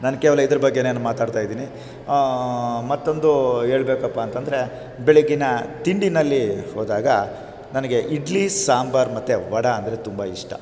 ನಾನು ಕೇವಲ ಇದ್ರ ಬಗ್ಗೇನೇ ಮಾತಾಡ್ತಾಯಿದ್ದೀನಿ ಮತ್ತೊಂದು ಹೇಳ್ಬೇಕಪ್ಪಾಂತಂದ್ರೆ ಬೆಳಗ್ಗಿನ ತಿಂಡಿಯಲ್ಲಿ ಹೋದಾಗ ನನಗೆ ಇಡ್ಲಿ ಸಾಂಬಾರು ಮತ್ತು ವಡೆ ಅಂದರೆ ತುಂಬ ಇಷ್ಟ